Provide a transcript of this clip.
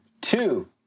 Two